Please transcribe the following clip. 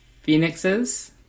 phoenixes